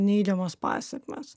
neigiamas pasekmes